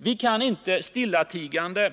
Vi kan inte stillatigande